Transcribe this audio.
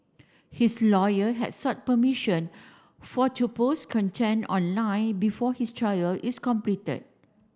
his lawyer had sought permission for to post content online before his trial is completed